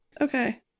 Okay